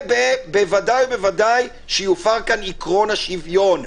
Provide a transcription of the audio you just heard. ובוודאי יופר פה עיקרון השוויון.